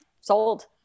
sold